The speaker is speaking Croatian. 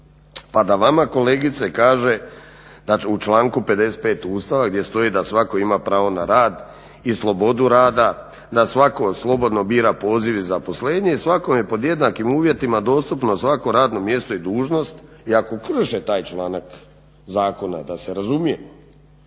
pa da vama kolegice kaže u članku 55. Ustava gdje stoji da svatko ima pravo na rad i slobodu rada, da svako slobodno bira poziv i zaposlenje i svakom je pod jednakim uvjetima dostupno svako radno mjesto i dužnost i ako krše taj članak zakona da se razumije